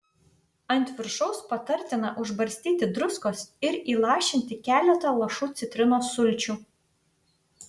ant viršaus patartina užbarstyti druskos ir įlašinti keletą lašų citrinos sulčių